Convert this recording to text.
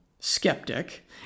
skeptic